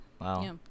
wow